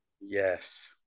Yes